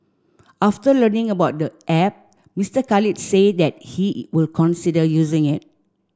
after learning about the app Mister Khalid say that he will consider using it